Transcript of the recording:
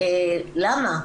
למה?